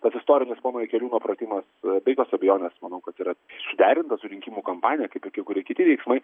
tas istorinis pono jakeliūno pratimas be jokios abejonės manau kad yra suderintas su rinkimų kampanija kaip ir kai kurie kiti veiksmai